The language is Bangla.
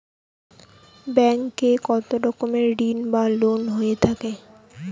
ব্যাংক এ কত রকমের ঋণ বা লোন হয়ে থাকে?